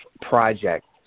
project